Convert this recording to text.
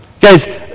guys